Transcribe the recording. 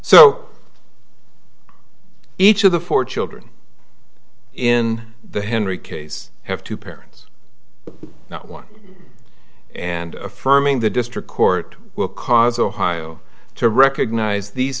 so each of the four children in the henry case have two parents not one and affirming the district court will cause ohio to recognize these